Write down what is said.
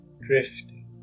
drifting